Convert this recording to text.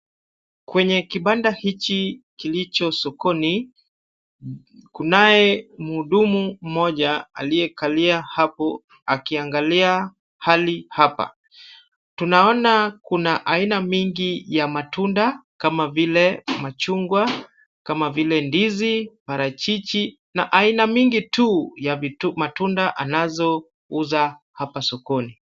Kwenye kibanda hiki kilicho sokoni, kunaye mhudumu mmoja aliyekalia hapo akiangalia hali hapa. Tunaona kuna aina mingi ya matunda kama vile machungwa, kama vile ndizi, parachichi na aina mingi tu ya matunda anazouza hapa sokoni.